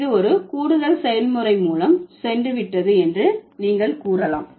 இது ஒரு கூடுதல் செயல்முறை மூலம் சென்றுவிட்டது என்று நீங்கள் கூறலாம்